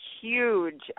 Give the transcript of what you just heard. huge